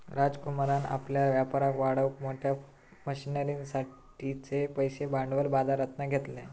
राजकुमारान आपल्या व्यापाराक वाढवूक मोठ्या मशनरींसाठिचे पैशे भांडवल बाजरातना घेतल्यान